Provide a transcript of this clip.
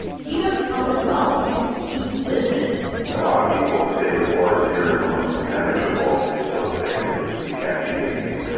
he knows the tongass well, because he lives in it a lot of people say the forest here is almost impenetrable. it's so thick and you can't see anything.